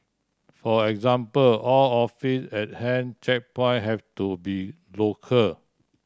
for example all officer at hand checkpoint have to be lock